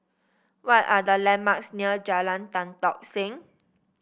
what are the landmarks near Jalan Tan Tock Seng